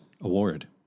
award